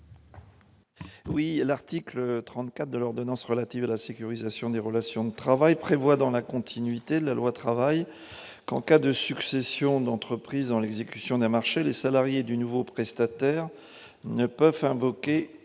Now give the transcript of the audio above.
Oui à l'article 34 de l'ordonnance relative à la sécurisation des relations de travail prévoit dans la continuité de la loi travail qu'en cas de succession d'entreprises dans l'exécution des marchés, les salariés du nouveau prestataire ne peuvent faire invoquer